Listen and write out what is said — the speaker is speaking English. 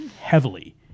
heavily